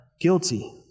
guilty